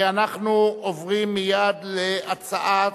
ואנחנו עוברים מייד להצעת